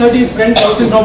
but his friend calls him